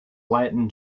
latin